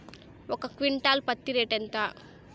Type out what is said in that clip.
ఒక క్వింటాలు పత్తి రేటు ఎంత?